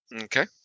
Okay